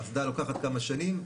אסדה לוקחת כמה שנים.